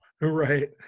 Right